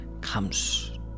comes